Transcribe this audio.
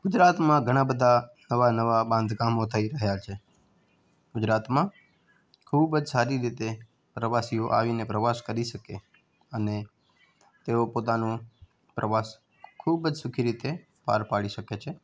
ગુજરાતમાં ઘણા બધા નવાં નવાં બાંધકામો થઇ રહ્યા છે ગુજરાતમાં ખૂબ જ સારી રીતે પ્રવાસીઓ આવીને પ્રવાસ કરી શકે અને તેઓ પોતાનો પ્રવાસ ખૂબ સુખી રીતે પાર પાડી શકે છે